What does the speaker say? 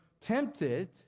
tempted